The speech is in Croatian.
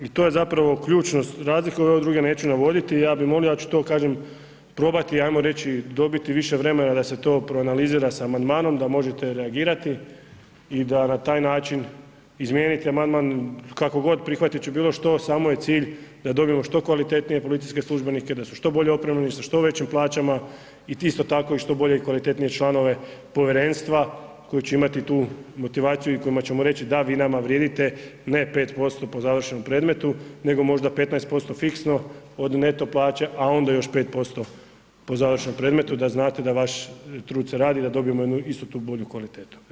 I to je zapravo ključnost, razlike ove druge neću navoditi, ja bih molio, ja ću to kažem probati ajmo reći dobiti više vremena da se to proanalizira sa amandmanom da možete reagirati i da na taj način izmijenite amandman kako god, prihvatit ću bilo što samo je cilj da dobijemo što kvalitetnije policijske službenike, da su što bolje opremljeni, sa što većim plaćama, i isto tako i što bolje i kvalitetnije članove Povjerenstva koji će imati tu motivaciju i kojima ćemo reći, da vi nama vrijedite, ne 5% po završenom predmetu, nego možda 15% fiksno od neto plaće, a onda još 5% po završenom predmetu da znate da vaš trud se radi, da dobijemo jednu istu tu bolju kvalitetu.